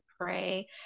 pray